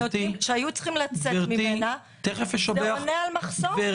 שהיו צריכים לצאת ממנה ונותנים זה עונה על מחסור.